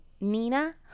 nina